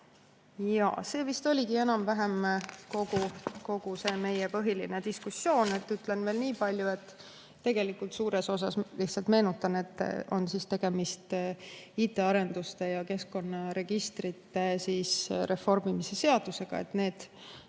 Ja see vist oligi enam-vähem kogu see meie põhiline diskussioon. Ütlen veel nii palju, et tegelikult suures osas – lihtsalt meenutan – on tegemist IT-arenduste ja keskkonnaregistrite reformimise seadusega.